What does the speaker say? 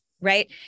Right